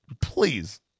Please